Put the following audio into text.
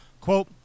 Quote